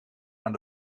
aan